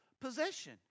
Possession